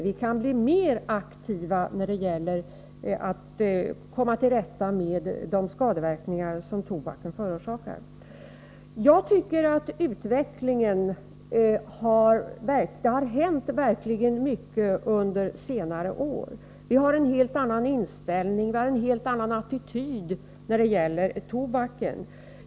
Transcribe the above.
Vi kan bli mer aktiva när det gäller att komma till rätta med de skadeverkningar som tobaken förorsakar. Jag tycker verkligen att det har hänt mycket under senare år. Vi har nu en helt annan inställning och en helt annan attityd till tobaken.